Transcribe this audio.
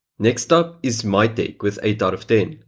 next up is mitech with eight sort of ten.